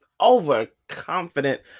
overconfident